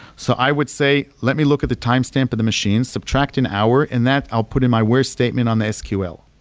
so i would say, let me look at the timestamp of the machines, subtract an hour and that i'll put in my where statement on the sql.